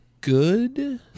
good